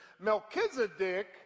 Melchizedek